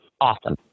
awesome